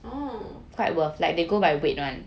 oh